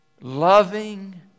loving